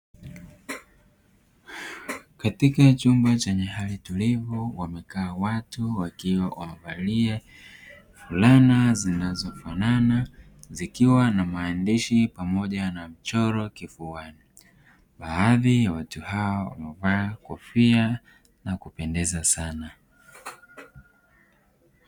Katika chumba chenyewe tulipo, watu wamekaa wakiwa wamevalia fulana zinazofanana zikiwa na maandishi pamoja na mchoro kifuani, baadhi ya watu hao wakiwa wamevaa kofia na kupendeza sana.